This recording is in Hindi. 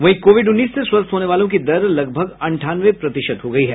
वहीं कोविड उन्नीस से स्वस्थ होने वालों की दर लगभग अंठानवे प्रतिशत हो गयी है